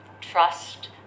trust